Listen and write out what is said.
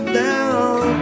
down